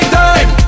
time